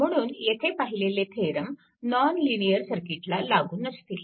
म्हणून येथे पाहिलेले थेरम नॉन लिनिअर सर्किटला लागू नसतील